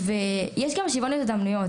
יש גם שוויון הזדמנויות.